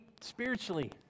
spiritually